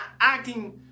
acting